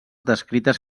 descrites